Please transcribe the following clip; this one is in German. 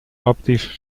optisch